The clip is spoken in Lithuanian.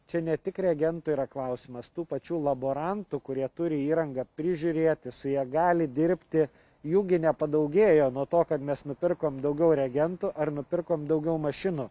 čia ne tik reagentų yra klausimas tų pačių laborantų kurie turi įrangą prižiūrėti su ja gali dirbti jų gi nepadaugėjo nuo to kad mes nupirkom daugiau reagentų ar nupirkom daugiau mašinų